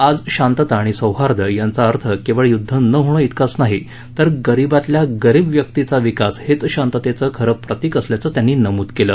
आज शांतता आणि सौहार्द यांचा अर्थ केवळ युद्ध न होणं इतकाच नाही तर गरिबातल्या गरीब व्यक्तीचा विकास हेच शांततेचं खरं प्रतीक असल्याचं त्यांनी नमुद केलं